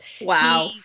Wow